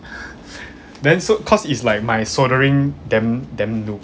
then so cause it's like my soldering damn damn noob